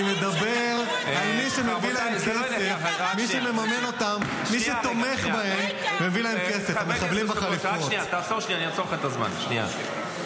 תגיד, גינית את המתנחלים שתקפו את הרבש"ץ ביצהר?